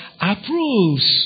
approves